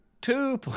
two